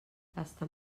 estan